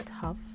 tough